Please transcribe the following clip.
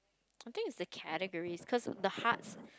I think it's the categories cause the hearts